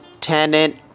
tenant